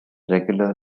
regular